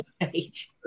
page